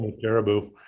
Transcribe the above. caribou